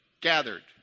gathered